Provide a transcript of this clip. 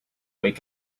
wake